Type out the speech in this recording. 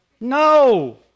No